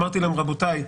אמרתי להם: רבותיי,